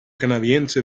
canadiense